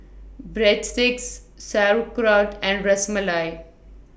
Breadsticks Sauerkraut and Ras Malai